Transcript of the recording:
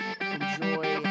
Enjoy